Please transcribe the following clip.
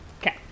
Okay